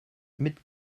mit